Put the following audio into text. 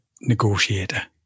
negotiator